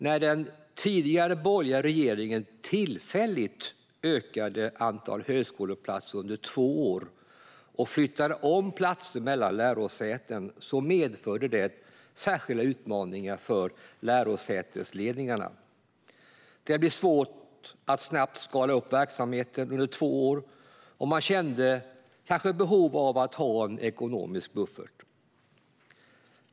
När den tidigare borgerliga regeringen tillfälligt ökade antalet högskoleplatser under två år och flyttade om platser mellan lärosäten medförde det särskilda utmaningar för lärosätesledningarna. Det blev svårt att snabbt skala upp verksamheten under två år, och man kände behov av att ha en ekonomisk buffert.